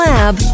Lab